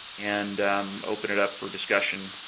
and open it up for discussion,